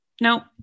no